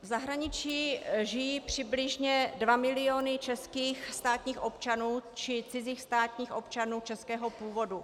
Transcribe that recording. V zahraničí žijí přibližně dva miliony českých státních občanů či cizích státních občanů českého původu.